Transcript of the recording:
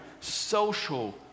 social